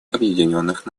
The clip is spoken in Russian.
объединенных